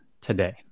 today